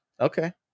Okay